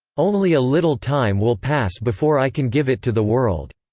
only a little time will pass before i can give it to the world.